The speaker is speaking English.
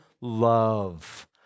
love